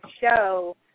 show